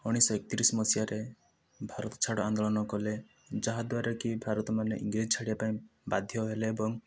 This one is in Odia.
ଉଣେଇଶହ ଏକତିରିଶ ମସିହାରେ ଭାରତଛାଡ଼ ଆନ୍ଦୋଳନ କଲେ ଯାହାଦ୍ୱାରା କି ଭାରତ ମାନେ ଇଂରେଜ ଛାଡିବା ପାଇଁ ବାଧ୍ୟ ହେଲେ ଏବଂ